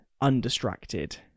undistracted